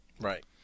Right